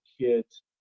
kids